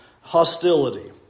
hostility